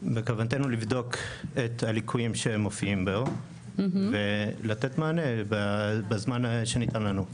בכוונתנו לבדוק את הליקויים שמופיעים בו ולתת מענה בזמן שניתן לנו.